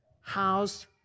house